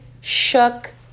shook